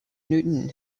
newton